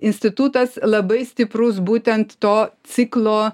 institutas labai stiprus būtent to ciklo